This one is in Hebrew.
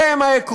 אלה הם העקרונות